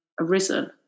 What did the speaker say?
arisen